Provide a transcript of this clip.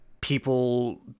People